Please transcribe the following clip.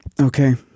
Okay